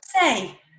say